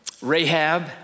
Rahab